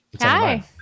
hi